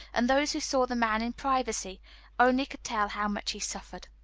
and those who saw the man in privacy only could tell how much he suffered.